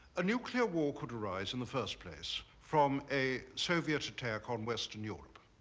a nuclear war could arise in the first place from a soviet attack on western europe.